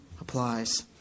applies